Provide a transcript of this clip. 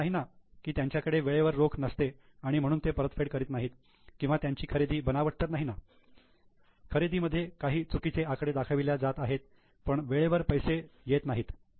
असे तर नाही ना की त्यांच्याकडे वेळेवर रोख नसते आणि म्हणून ते परतफेड करीत नाहीत किंवा त्यांची खरेदी बनावट तर नाही ना खरेदी मध्ये काही चुकीचे आकडे दाखविल्या जात आहेत पण वेळेवर पैसे येत नाहीत